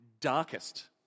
darkest